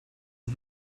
and